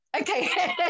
okay